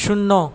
শূন্য